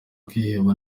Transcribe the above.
kwiheba